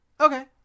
okay